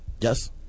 Yes